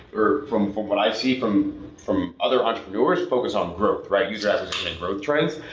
or from from what i see from from other entrepreneurs, focus on growth, right? user acquisition growth trends.